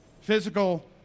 physical